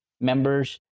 members